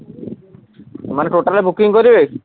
ମାନେ ଟୋଟାଲଟା ବୁକିଂ କରିବେ